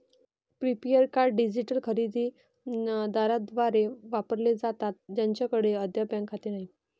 prepaid card digital खरेदी दारांद्वारे वापरले जातात ज्यांच्याकडे अद्याप बँक खाते नाही